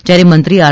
જ્યારે મંત્રી આર